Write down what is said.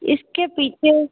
इसके पीछे